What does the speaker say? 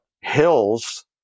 hills